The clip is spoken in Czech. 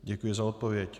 Děkuji za odpověď.